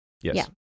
Yes